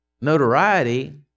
notoriety